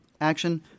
action